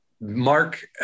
Mark